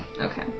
Okay